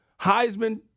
Heisman